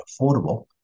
affordable